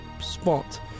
spot